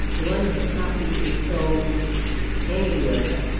once a copy is sold anywhere,